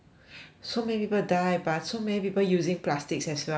so many people die but so many people using plastics as well you know